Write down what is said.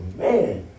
man